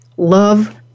Love